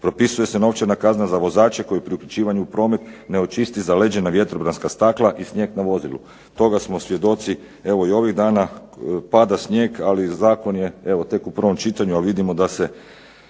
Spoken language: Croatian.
Propisuje se novčana kazna za vozače koji pri upućivanju u promet ne očisti zaleđena vjetrobranska stakla i snijeg na vozilu. Toga smo svjedoci evo i ovih dana. Pada snijeg, ali zakon je evo tek u prvom čitanju, a vidimo da se